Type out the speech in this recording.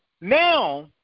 now